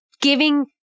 giving